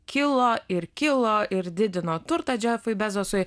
kilo ir kilo ir didino turtą džefui bezosui